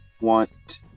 want